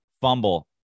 fumble